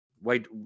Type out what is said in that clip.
Wait